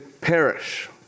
perish